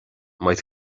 mbeidh